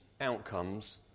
outcomes